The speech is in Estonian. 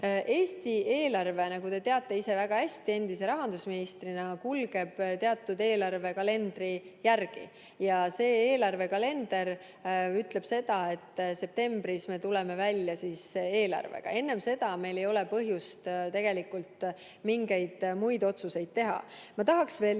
Eesti eelarve, nagu te ise endise rahandusministrina väga hästi teate, kulgeb teatud eelarvekalendri järgi. Ja see eelarvekalender ütleb seda, et septembris me tuleme välja eelarvega. Enne seda meil ei ole põhjust tegelikult mingeid muid otsuseid teha. Ma tahan veel igaks